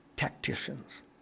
tacticians